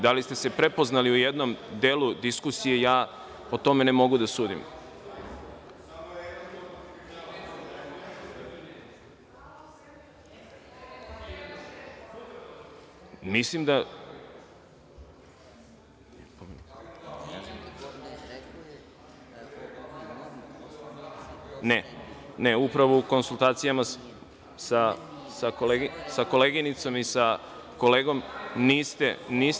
Da li ste se prepoznali u jednom delu diskusije, o tome ne mogu da sudim. (Saša Radulović, s mesta: Zaista, imenom i prezimenom sam pomenut.) Ne, upravo u konsultacijama sa koleginicom i kolegom, niste pomenuti.